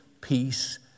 peace